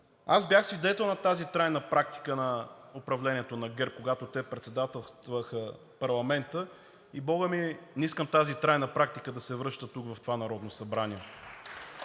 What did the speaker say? Бях свидетел на тази трайна практика на управлението на ГЕРБ, когато те председателстваха парламента, и бога ми, не искам тази трайна практика да се връща тук в това Народно събрание.